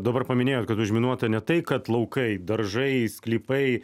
dabar paminėjot kad užminuota ne tai kad laukai daržai sklypai